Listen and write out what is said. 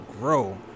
grow